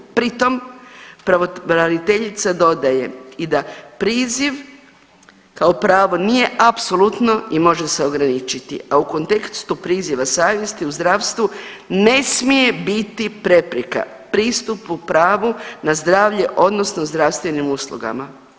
Pritom pravobraniteljica dodaje i da priziv kao pravo nije apsolutno i može se ograničiti, a u kontekstu priziva savjesti u zdravstvu ne smije biti prepreka pristupu pravu na zdravlje odnosno zdravstvenim uslugama.